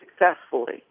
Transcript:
successfully